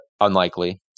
unlikely